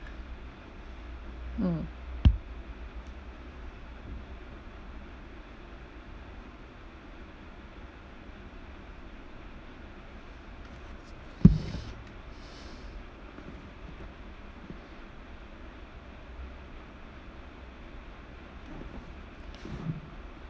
mm